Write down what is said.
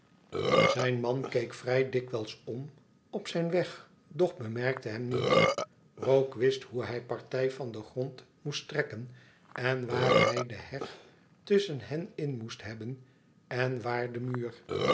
zijn man keek vrij dikwijls om op zijn weg doch bemerkte hem niet rogue wist hoe hij partij van den grond moest trekken en waar hij de heg tusschen hen in moest hebben en waar den muur